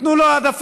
ייתנו לו העדפה.